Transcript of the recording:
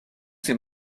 ces